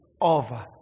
over